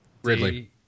Ridley